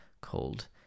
called